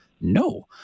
no